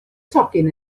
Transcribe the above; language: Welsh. tocyn